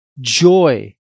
joy